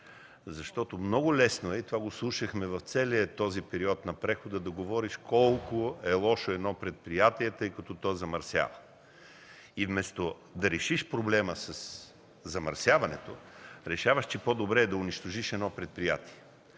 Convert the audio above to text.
Защото много лесно е – това го слушахме в целия този период на прехода, да говориш колко е лошо едно предприятие, тъй като то замърсява и вместо да решиш проблема със замърсяването, решаваш, че е по-добре да унищожиш едно предприятие.